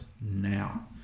now